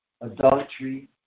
adultery